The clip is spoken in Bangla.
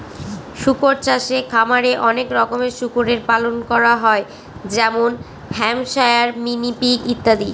শুকর চাষে খামারে অনেক রকমের শুকরের পালন করা হয় যেমন হ্যাম্পশায়ার, মিনি পিগ ইত্যাদি